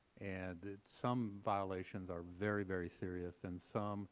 and some violations are very, very serious and some